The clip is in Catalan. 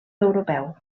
europeu